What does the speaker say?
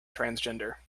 transgender